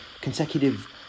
consecutive